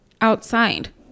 outside